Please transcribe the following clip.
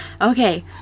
Okay